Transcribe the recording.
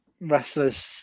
wrestlers